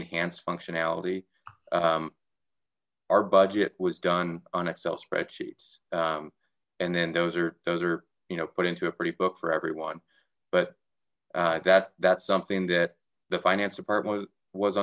enhanced functionality our budget was done on excel spreadsheets and then those are those are you know put into a pretty book for everyone but that that's something that the finance department was